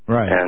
Right